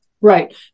Right